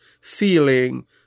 feeling